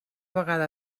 vegada